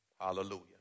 Hallelujah